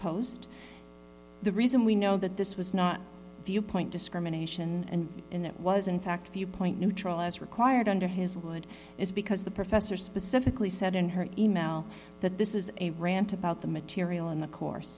post the reason we know that this was not viewpoint discrimination and in it was in fact viewpoint neutral as required under his would is because the professor specifically said in her email that this is a rant about the material in the course